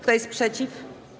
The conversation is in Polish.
Kto jest przeciw?